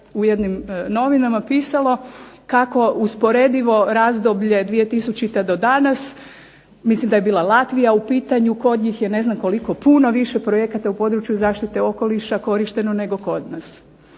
u jednim novinama pisalo kako usporedivo razdoblje 2000. do danas, mislim da je bila Latvija u pitanju, kod njih je ne znam koliko puno više projekata u području zaštite okoliša korišteno nego kod nas.